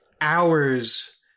hours